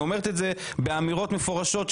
היא אומרת את זה באמירות מפורשות.